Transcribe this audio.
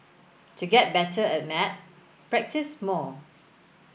to get better at maths practise more